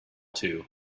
too